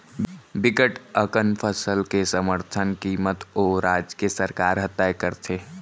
बिकट अकन फसल के समरथन कीमत ओ राज के सरकार ह तय करथे